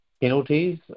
penalties